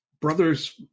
brothers